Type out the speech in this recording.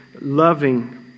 loving